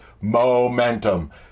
momentum